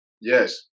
Yes